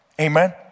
Amen